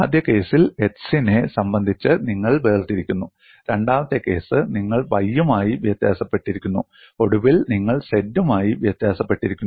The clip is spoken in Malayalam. ആദ്യ കേസിൽ x നെ സംബന്ധിച്ച് നിങ്ങൾ വേർതിരിക്കുന്നു രണ്ടാമത്തെ കേസ് നിങ്ങൾ y യുമായി വ്യത്യാസപ്പെട്ടിരിക്കുന്നു ഒടുവിൽ നിങ്ങൾ z മായി വ്യത്യാസപ്പെട്ടിരിക്കുന്നു